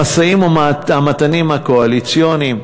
למשאים ומתנים הקואליציוניים,